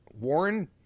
Warren